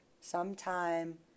sometime